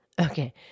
Okay